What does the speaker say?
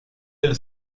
del